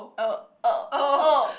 oh oh oh